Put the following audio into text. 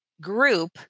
group